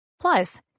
Plus